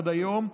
עד היום,